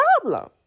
problem